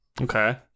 Okay